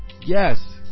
Yes